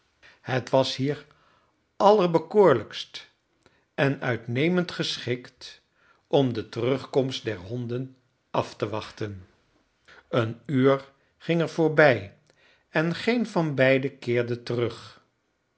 het was hier allerbekoorlijkst en uitnemend geschikt om de terugkomst der honden af te wachten een uur ging er voorbij en geen van beiden keerde terug